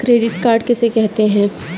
Credit card किसे कहते हैं?